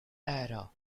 ada